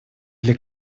для